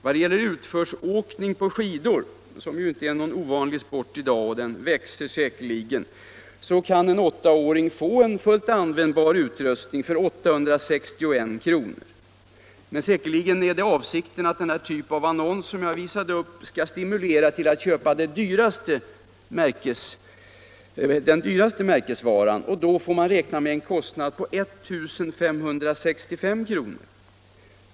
Vad det gäller utförsåkning på skidor, som ju inte är någon ovanlig sport i dag och som säkerligen växer, så kan en åttaåring få en fullt användbar utrustning för 861 kr. Men helt säkert är avsikten att den typ av annonser som jag visade upp skall stimulera till köp av den dyraste märkesvaran, och då får man räkna med en kostnad på 1 565 kr.